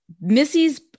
Missy's